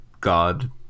God